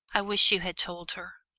i wish you had told her.